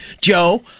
Joe